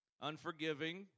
unforgiving